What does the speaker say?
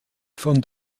von